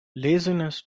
laziness